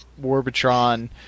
Warbitron